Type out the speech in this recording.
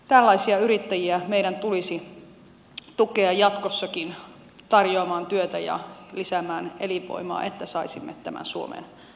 tällaisia yrittäjiä meidän tulisi tukea jatkossakin tarjoamaan työtä ja lisäämään elinvoimaa että saisimme tämän suomen nousuun